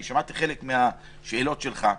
אני שמעתי חלק מהשאלות שלך,